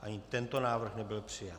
Ani tento návrh nebyl přijat.